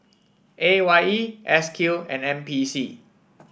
A Y E S Q and N P C